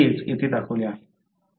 तेच येथे दाखवले आहे